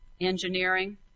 engineering